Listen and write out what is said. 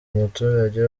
umuturage